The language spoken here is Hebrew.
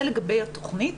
זה לגבי התוכנית,